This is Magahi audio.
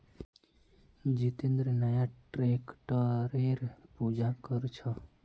जितेंद्र नया ट्रैक्टरेर पूजा कर छ